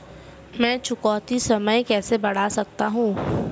मैं चुकौती समय कैसे बढ़ा सकता हूं?